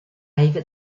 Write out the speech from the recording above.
live